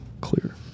clear